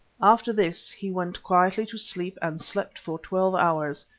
after this he went quietly to sleep and slept for twelve hours,